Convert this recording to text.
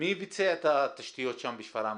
מי ביצע את התשתיות שם בשפרעם,